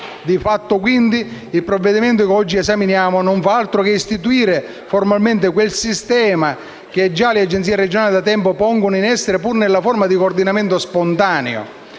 Di fatto, quindi, il provvedimento che oggi esaminiamo non fa altro che istituire formalmente quel sistema che già le Agenzie regionali da tempo pongono in essere, seppur nella forma di un coordinamento spontaneo.